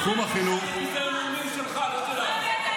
זה ביזיון לאומי שלך, לא שלנו.